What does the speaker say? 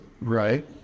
Right